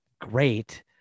great